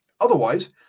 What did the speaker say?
Otherwise